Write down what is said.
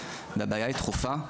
והבעיה היא דחופה.